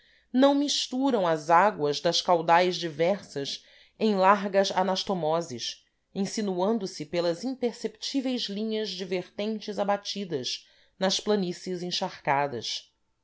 não misturam as águas das caudais diversas em largas anastomoses insinuando se pelas imperceptíveis linhas de vertentes abatidas nas planícies encharcadas